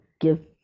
give